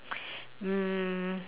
um